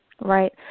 Right